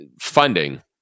funding